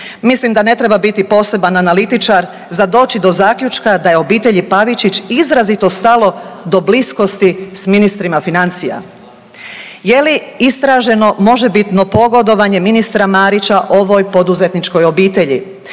Mislim da ne treba biti poseban analitičar za doći do zaključka da je obitelji Pavičić izrazito stalo do bliskosti s ministrima financija. Je li istraženo možebitno pogodovanje ministra Marića ovoj poduzetničkoj obitelji?